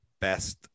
Best